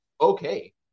okay